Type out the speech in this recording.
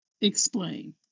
Explain